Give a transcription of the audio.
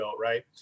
right